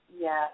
Yes